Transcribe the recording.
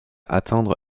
atteindre